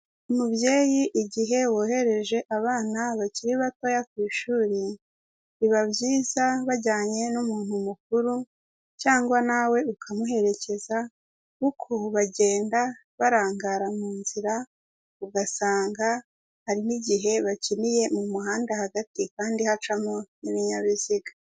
Mubyeyi igihe wohereje abana bakiri batoya ku ishuri, biba byiza bajyanye n'umuntu mukuru cyangwa nawe ukamuherekeza, kuko bagenda barangara mu nzira, ugasanga hari n'igihe bakiniye mu muhanda hagati kandi hacamo n'ibinyabiziga.